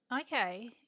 Okay